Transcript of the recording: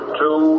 two